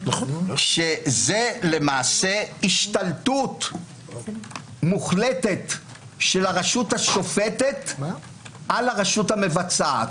שזה למעשה השתלטות מוחלטת של הרשות השופטת על הרשות המבצעת,